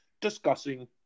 discussing